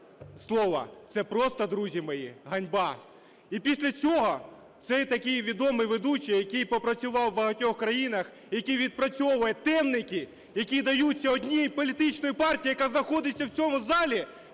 слова, це просто, друзі мої, ганьба! І після цього цей, такий відомий ведучий, який попрацював у багатьох країнах, який відпрацьовує темники, які даються одній політичній партії, яка знаходиться в цій залі,